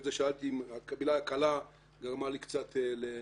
לכן שאלתי על המילה הקלה, שהיא גרמה לי קצת לחשוש.